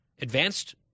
advanced